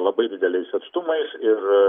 labai dideliais atstumais ir